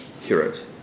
heroes